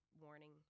warning